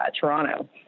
Toronto